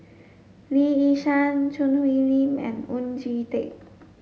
Lee Yi Shyan Choo Hwee Lim and Oon Jin Teik